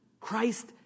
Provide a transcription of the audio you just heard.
Christ